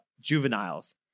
juveniles